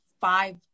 five